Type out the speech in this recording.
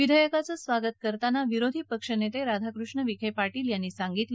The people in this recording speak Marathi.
विधेयकाचं स्वागत करताना विरोधी पक्षनेते राधाकृष्ण विखे पाटील यांनी सांगितलं